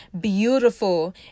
beautiful